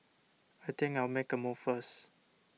I think I'll make a move first